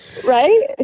right